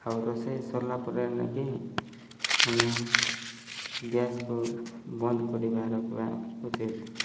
ଆଉ ରୋଷେଇ ସରିଲା ପରେ ନେଇକି ଆମେ ଗ୍ୟାସ୍କୁ ବନ୍ଦ କରିବା ରଖିବା ଉଚିତ୍